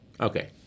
Okay